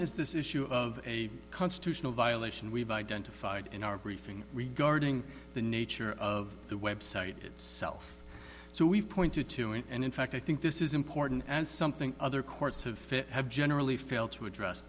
is this issue of a constitutional violation we've identified in our briefing regarding the nature of the website itself so we've pointed to it and in fact i think this is important and something other courts have fit have generally failed to address